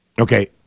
okay